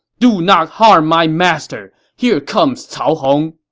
do not harm my master! here comes cao hong!